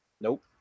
Nope